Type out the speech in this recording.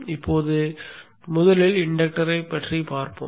இப்போது முதலில் இண்டக்டரை பார்ப்போம்